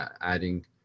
adding